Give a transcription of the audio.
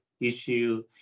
issue